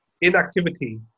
inactivity